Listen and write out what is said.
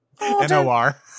N-O-R